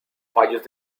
fallos